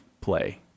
play